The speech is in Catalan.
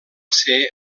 ser